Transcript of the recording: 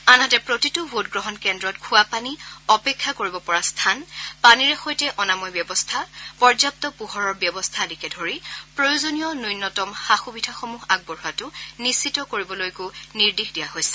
আনহাতে প্ৰতিটো ভোটগ্ৰহণ কেদ্ৰত খোৱাপানী অপেক্ষা কৰিব পৰা স্থান পানীৰে সৈতে অনাময় ব্যৱস্থা পৰ্যাপ্ত পোহৰৰ ব্যৱস্থা আদিকে ধৰি প্ৰয়োজনীয় ন্যনতম সা সূবিধাসমূহ আগবঢ়োৱাটো নিশ্চিত কৰিবলৈকো নিৰ্দেশ দিয়া হৈছে